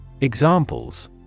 Examples